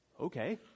okay